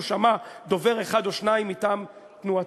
הוא שמע דובר אחד או שניים מטעם תנועתי,